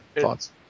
Thoughts